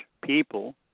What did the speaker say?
people